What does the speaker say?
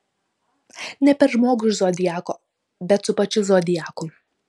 ne per žmogų iš zodiako bet su pačiu zodiaku